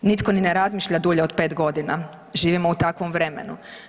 Nitko ni ne razmišlja dulje od 5.g. živimo u takvom vremenu.